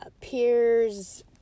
peers